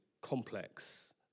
complex